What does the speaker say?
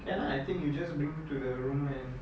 can uh I think you just bring to the room and